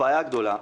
הבעיה הגדולה היא,